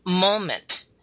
moment